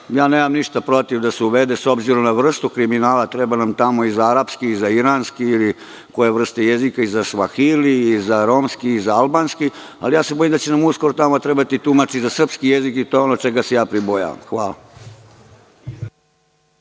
nemam ništa protiv da se uvede. S obzirom na vrstu kriminala, treba nam tamo i za arapski i za iranski i za još kojekakve vrste jezika, i za svahili i za romski i za albanski, ali se bojim da će nam uskoro tamo trebati tumač i za srpski jezik. To je ono čega se ja pribojavam. Hvala